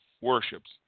worships